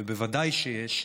ובוודאי שיש,